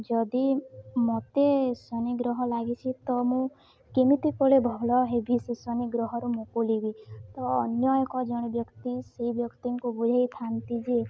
ଯଦି ମୋତେ ଶନି ଗ୍ରହ ଲାଗିଛି ତ ମୁଁ କେମିତି କଲେ ଭଲ ହେବି ସେ ଶନି ଗ୍ରହରୁ ମୁକୁଳିବି ତ ଅନ୍ୟ ଏକ ଜଣେ ବ୍ୟକ୍ତି ସେଇ ବ୍ୟକ୍ତିଙ୍କୁ ବୁଝେଇଥାନ୍ତି ଯେ